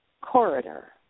corridor